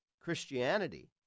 Christianity